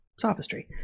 sophistry